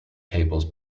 cables